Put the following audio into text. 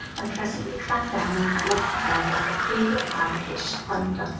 and presently clang down on her lofty bed like a peal of high-pitched thunder.